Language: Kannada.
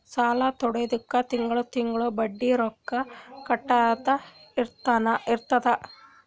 ಸಾಲಾ ತೊಂಡಿದ್ದುಕ್ ತಿಂಗಳಾ ತಿಂಗಳಾ ಬಡ್ಡಿ ರೊಕ್ಕಾ ಕಟ್ಟದ್ ಇರ್ತುದ್